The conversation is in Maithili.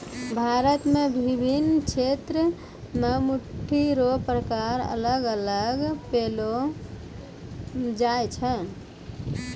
भारत मे विभिन्न क्षेत्र मे मट्टी रो प्रकार अलग अलग पैलो जाय छै